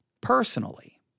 personally